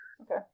Okay